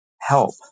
help